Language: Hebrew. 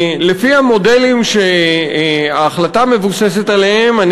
לפי המודלים שההחלטה מבוססת עליהם,